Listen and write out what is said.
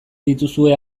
dituzue